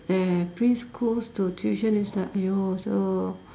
their preschools to tuition is like !aiyo! so